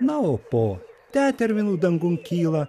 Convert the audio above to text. na o po tetervinų dangun kyla